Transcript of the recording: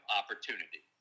opportunity